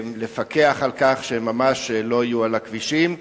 לפקח על כך שהם ממש לא יהיו על הכבישים.